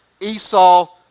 Esau